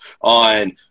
on